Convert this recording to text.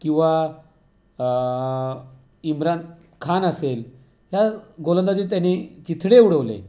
किंवा इम्रान खान असेल ह्या गोलंदाजीचे त्यानी चिथडे उडवले